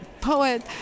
poet